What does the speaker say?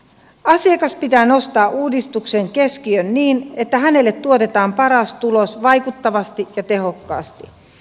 asiakas pitää nostaa uudistuksen keskiöön niin että hänelle tuotetaan paras tulos vaikuttavasti ja tehokkaasti